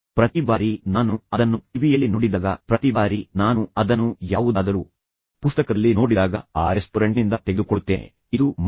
ಪ್ರತಿ ಬಾರಿ ನಾನು ಅದನ್ನು ಟಿವಿಯಲ್ಲಿ ನೋಡಿದಾಗ ಪ್ರತಿ ಬಾರಿ ನಾನು ಅದನ್ನು ಯಾವುದಾದರೂ ಪುಸ್ತಕದಲ್ಲಿ ನೋಡಿದಾಗ ನಾನು ಆ ಬ್ರಾಂಡ್ ಇಷ್ಟಪಡುತ್ತೇನೆ ಮತ್ತು ನಂತರ ನಾನು ಹೋಗಿ ಆ ರೆಸ್ಟೋರೆಂಟ್ನಿಂದ ತೆಗೆದುಕೊಳ್ಳುತ್ತೇನೆ ಇದು ಮನಸ್ಸು ಚಿಂತನೆಯ ಒಂದು ಮಾರ್ಗವಾಗಿದೆ